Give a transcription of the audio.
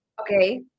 okay